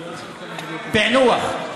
פענוח.